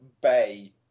Bay